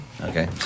Okay